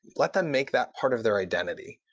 let them make that part of their identity.